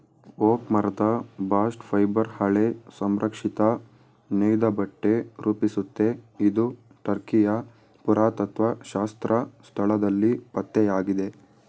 oak ಮರದ bast fibre ಹಳೆ ಸಂರಕ್ಷಿತ ನೇಯ್ದಬಟ್ಟೆ ರೂಪಿಸುತ್ತೆ ಇದು ಟರ್ಕಿಯ ಪುರಾತತ್ತ್ವಶಾಸ್ತ್ರ ಸ್ಥಳದಲ್ಲಿ ಪತ್ತೆಯಾಗಿದೆ